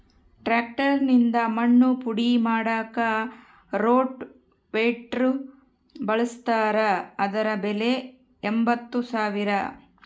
tractor ನಿಂದ ಮಣ್ಣು ಪುಡಿ ಮಾಡಾಕ ರೋಟೋವೇಟ್ರು ಬಳಸ್ತಾರ ಅದರ ಬೆಲೆ ಎಂಬತ್ತು ಸಾವಿರ